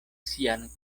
sian